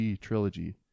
trilogy